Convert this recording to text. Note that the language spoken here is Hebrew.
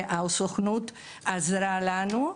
והסוכנות עזרה לנו,